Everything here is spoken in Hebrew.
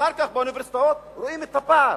ואחר כך באוניברסיטאות רואים את הפער.